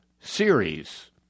series